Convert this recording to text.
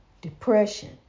Depression